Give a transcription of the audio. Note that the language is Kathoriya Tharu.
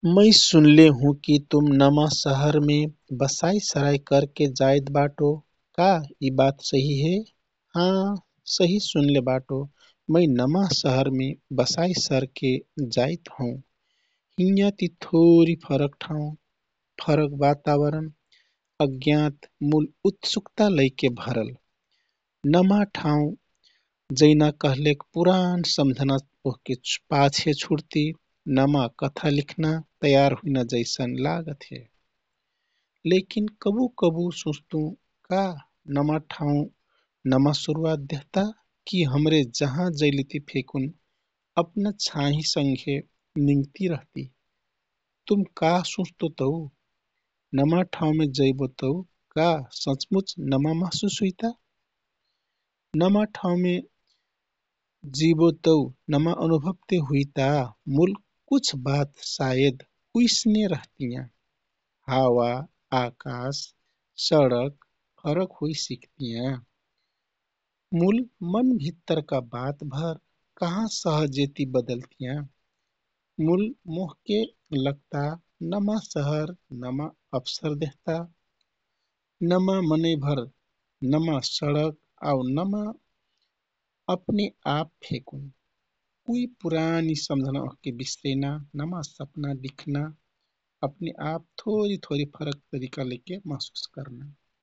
मै सुनले हुँ कि तुम नमा सहरमे बसाइ सराइ करके जाइत बाटो का यी सहि हे? हाँ, सहि सुनले बाटो मै नमा सहरमे बसाइ सरके जाइत हुँ। हिँया ति थोरी फरक ठाँउ, फरक वातावरण अज्ञात मूल उत्सुकता लैके भरल। नमा ठाँउ जैना कहलेक पुरान सम्झना ओहके पाछे छुडति नमा कथा लिख्ना तयार हुइना जैसन लागत हे। लेकिन कबु कबु सुँच्तु...... का नमा ठाँउ नमा सुरूवात देहता, कि हमरे जहाँ जैलेति फेकुन अपना छाँही सँघे निगति रहती? तुम का सुँच्तो तौ? नमा ठाँउमे जैबोतौ का सचमुच नमा महसुस हुइता? नमा ठाँउमे जिबो तौ नमा अनुभव ते हुइता मूल कुछ बात सायद उइस्ने रहतियाँ। हावा, आकाश, सडक, फरक होइ सिकतियाँ मू मन भित्तरका बात कहाँ सहजेति बदलतियाँ? मूल मोहके लगता नमा सहर नमा अवसर देहता, नमा मनै भर, नमा सडक आउ नमा अपने आप फेकुन। कुइ पुरानी सम्झना ओहके विसरैना, नमा सपना दिख्ना वा अपने आप थोरी थोरी फरक तरिका लैके महसुस कर्ना।